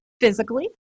physically